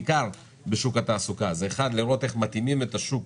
בעיקר בשוק התעסוקה: דבר אחד הוא לראות איך מתאימים את השוק